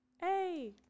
Hey